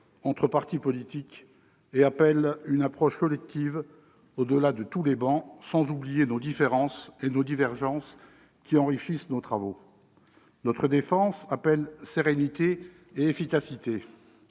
entre partis politiques et appelle une approche collective au-delà de toutes les travées, sans oublier nos différences et nos divergences qui enrichissent nos travaux. Notre défense appelle sérénité et efficacité.